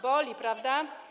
Boli, prawda?